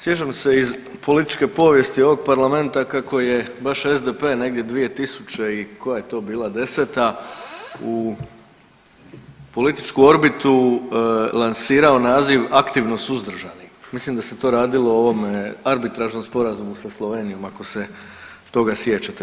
Sjećam se iz političke povijesti ovog Parlamenta kako je baš SDP negdje dvije tisuće i koja je to bila deseta u političku orbitu lansirao naziv aktivno suzdržani, mislim da se to radilo o ovome arbitražnom sporazumu sa Slovenijom ako se toga sjećate.